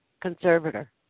conservator